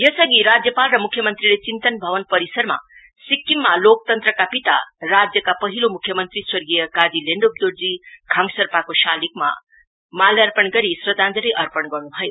यसअघि राज्यपाल र मुख्यमन्त्री चिन्तन भवन परिसरमा सिक्किममा लोकतन्त्रका पिता राज्यका पहिलो मुख्यमन्त्री स्वगीय काजी ल्येन्ड्रप दोर्जी खाङसर्पाको शालिगमा मालाअर्पण गरी श्रद्धाञ्जलि अर्पण गर्न्भयो